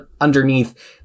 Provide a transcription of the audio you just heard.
underneath